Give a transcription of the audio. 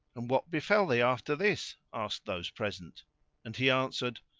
and what befell thee after this? asked those present and he answered,